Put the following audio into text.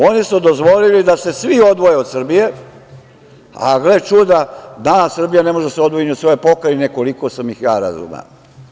Oni su dozvolili da se svi odvoje od Srbije, a gle čuda danas Srbija ne može da se odvoji od svoje Pokrajine, koliko sam ih ja razumeo.